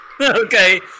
Okay